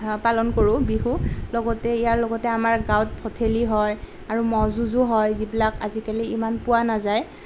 সেয়া পালন কৰোঁ বিহু লগতে ইয়াৰ লগতে আমাৰ গাঁৱত ভঠেলি হয় আৰু ম'হ যুঁজো হয় যিবিলাক আজিকালি ইমান পোৱা নাযায়